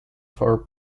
for